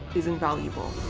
is invaluable